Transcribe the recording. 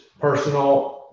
personal